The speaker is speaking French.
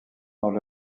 dans